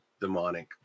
demonic